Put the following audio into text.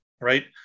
right